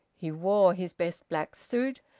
he wore his best black suit,